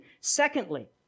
Secondly